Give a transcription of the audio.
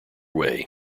way